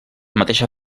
mateixa